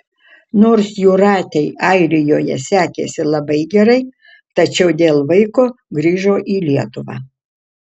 nors jūratei airijoje sekėsi labai gerai tačiau dėl vaiko grįžo į lietuvą